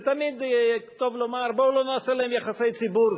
ותמיד טוב לומר: בואו לא נעשה להם יחסי ציבור,